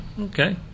Okay